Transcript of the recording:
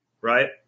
Right